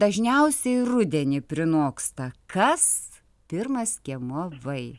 dažniausiai rudenį prinoksta kas pirmas skiemuo vai